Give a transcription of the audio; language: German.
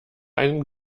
einen